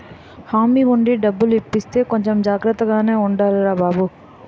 హామీ ఉండి డబ్బులు ఇప్పిస్తే కొంచెం జాగ్రత్తగానే ఉండాలిరా బాబూ